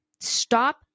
Stop